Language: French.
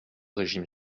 régime